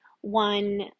one